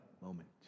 moment